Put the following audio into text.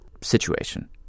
situation